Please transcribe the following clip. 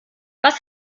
was